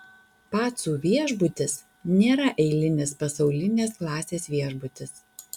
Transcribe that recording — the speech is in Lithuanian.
pacų viešbutis nėra eilinis pasaulinės klasės viešbutis